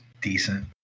decent